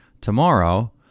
Tomorrow